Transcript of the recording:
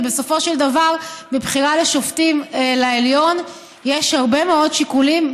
ובסופו של דבר בבחירה של שופטים לעליון יש הרבה מאוד שיקולים.